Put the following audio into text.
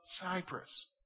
Cyprus